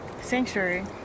Sanctuary